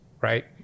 right